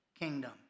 kingdom